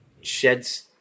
sheds